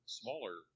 smaller